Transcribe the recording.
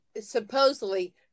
supposedly